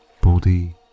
body